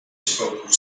spoke